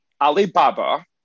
Alibaba